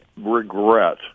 regret